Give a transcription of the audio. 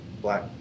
black